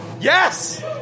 Yes